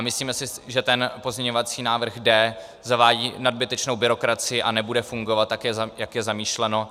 Myslíme si, že se ten pozměňovací návrh jde, zavádí nadbytečnou byrokracii a nebude fungovat, jak je zamýšleno.